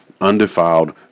undefiled